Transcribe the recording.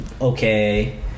okay